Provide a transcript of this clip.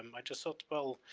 um i just thought, well,